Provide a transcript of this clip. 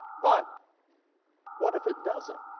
but what if it doesn't?